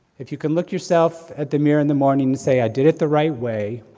if you can look yourself at the mirror in the morning and say, i did it the right way,